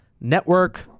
network